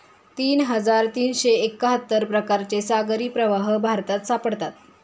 तीन हजार तीनशे एक्काहत्तर प्रकारचे सागरी प्रवाह भारतात सापडतात